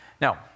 Now